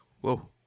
Whoa